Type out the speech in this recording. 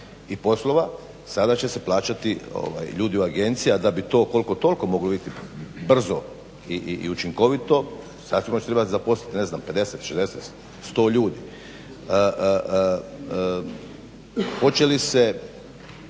i poslova. Sada će se plaćati ovaj ljudi u agenciji, a da bi to koliko toliko moglo biti brzo i učinkovito, sad ćemo još trebati zaposliti ne znam 50, 60, 100 ljudi. Hoće li se